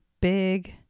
big